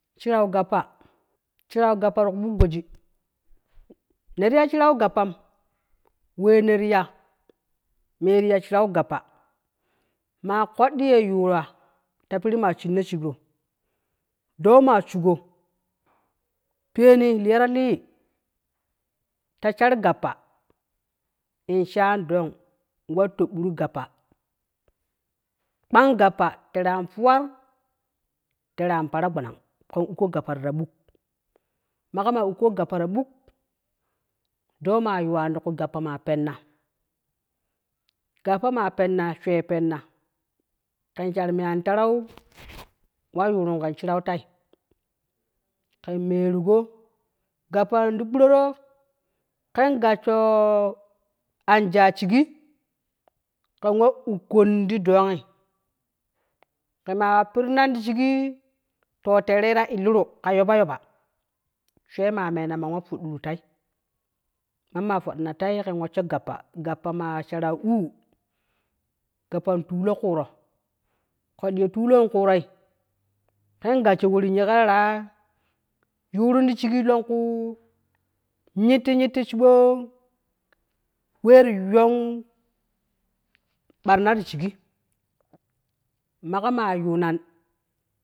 Shirau gappa shirau gappa tiku buk goji, neti ya shirau gappama wee neti ya meti ya shirau gappa, maa koddi ye yuwaa ti piri maa shinno shigro, doo maa shugo peeni liyoro lii, ta shar gappa in shan dong in war tobboru gappa, kpan gappa tere an tuwat, tere an paragbanang ken ukko gappa tita buk, mako maa ukko gappa tita buk, doo maa yuwan ti kui gappa maa penna gappa maa penna swe penna ken shar me an tarau wayurun ken shirau tai ken meerugo, gappan di kpiroro. ken gassho anjo shigi, ken wa ukkon ti dongi, kema pirinan ti shigi to tere ta illuru ka yoba yoba swe maa mena man wa ⼲udɗuru tai, mamma ⼲oddina tai ken wessho gappa, gappa mau shara uu, gappan tulo kuuro koddi ye tulon kuuroi, ken gassho worin ye kera yurin ti shigi longku nyitti nyitti shibbo wenti yuiyun ɓarna ti shigi mago maa yunan.